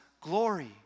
glory